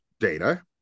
data